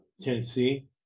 Tennessee